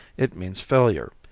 it means failure,